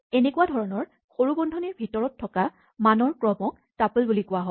এনেকুৱা ধৰণৰ সৰু বন্ধনীৰ ভিতৰত থকা মানৰ ক্ৰমক টাপল্ বুলি কোৱা হয়